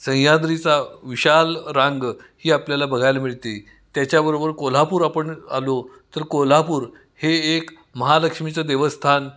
सह्याद्रीचा विशाल रांग ही आपल्याला बघायला मिळते त्याच्याबरोबर कोल्हापूर आपण आलो तर कोल्हापूर हे एक महालक्ष्मीचं देवस्थान